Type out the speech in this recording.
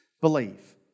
believe